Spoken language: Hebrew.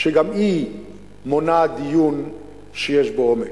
שגם היא מונעת דיון שיש בו עומק.